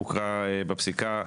הוקראה בפסיקה.